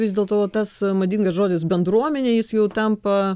vis dėlto tas madingas žodis bendruomenė jis jau tampa